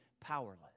powerless